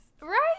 Right